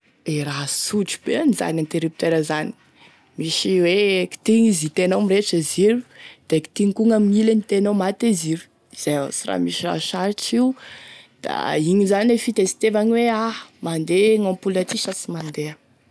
E raha sotry be an'zany interupteur zany, misy hoe kitihigny izy itenao mirehitry e ziro da kitihigny koa gn'ame ilany da itenao maty e ziro zay avao sy raha misy raha sarotry io da igny zany e fi-testeva-gny hoe ah mandeha gn'ampoule ty sa sy mandeha.